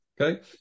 Okay